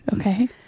Okay